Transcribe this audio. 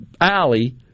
alley